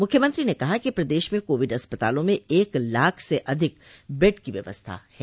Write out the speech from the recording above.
मूख्यमंत्री ने बताया कि प्रदेश में कोविड अस्पतालों में एक लाख से अधिक बेड की व्यवस्था है